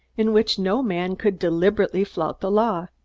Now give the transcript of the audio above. in which no man could deliberately flout the law.